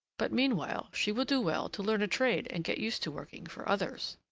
but, meanwhile, she will do well to learn a trade and get used to working for others.